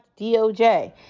DOJ